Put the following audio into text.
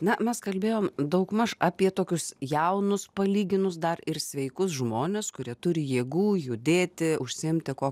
na mes kalbėjom daugmaž apie tokius jaunus palyginus dar ir sveikus žmones kurie turi jėgų judėti užsiimti kuo